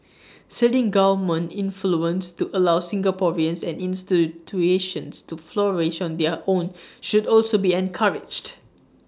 ceding government influence to allow Singaporeans and institutions to flourish on their own should also be encouraged